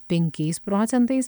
penkiais procentais